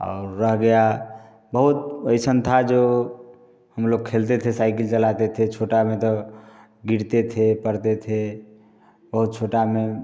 और रह गया बहुत अइसन था जो हम लोग खेलते थे साइकिल चलाते थे छोटा में तो गिरते थे पड़ते थे बहुत छोटा में